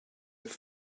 with